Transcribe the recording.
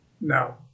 no